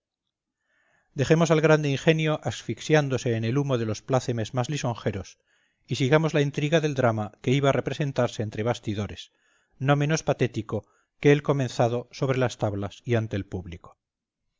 dejemos al grande ingenio asfixiándose en el humo de los plácemes más lisonjeros y sigamos la intriga del drama que iba a representarse entre bastidores no menos patético que el comenzado sobre las tablas y ante el público